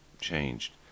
changed